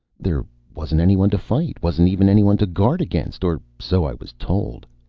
there wasn't anyone to fight. wasn't even anyone to guard against, or so i was told.